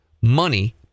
money